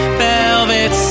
velvet